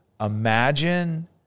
imagine